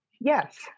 Yes